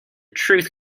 truth